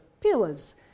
pillars